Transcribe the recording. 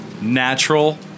Natural